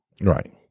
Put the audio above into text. Right